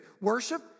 Worship